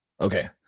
Okay